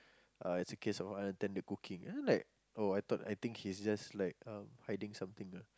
uh it's a case of unattended cooking and then I'm like oh I thought I think he is just like um hiding something ah